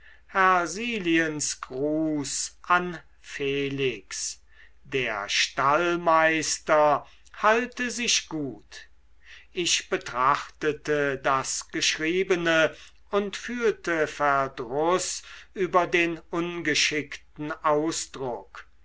schrieb hersiliens gruß an felix der stallmeister halte sich gut ich betrachtete das geschriebene und fühlte verdruß über den ungeschickten ausdruck